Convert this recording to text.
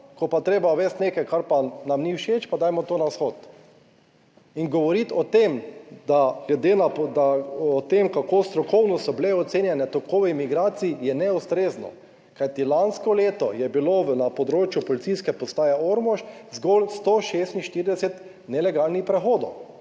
je pa treba uvesti nekaj, kar pa nam ni všeč, pa dajmo to na vzhod. In govoriti o tem kako strokovno so bile ocenjene tokovi migracij, je neustrezno, kajti lansko leto je bilo na področju Policijske postaje Ormož zgolj 146 nelegalnih prehodov.